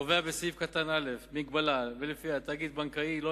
קובע בסעיף קטן (א) מגבלה שלפיה תאגיד בנקאי לא